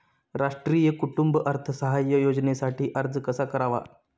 राष्ट्रीय कुटुंब अर्थसहाय्य योजनेसाठी अर्ज कसा करावा?